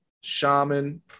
Shaman